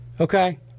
Okay